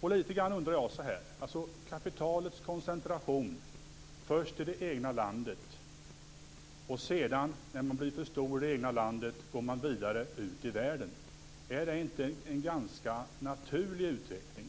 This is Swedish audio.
till detta. Kapitalet koncentreras först i det egna landet. Sedan när man blivit för stor i det egna landet går man vidare ut i världen. Är det inte en ganska naturlig utveckling?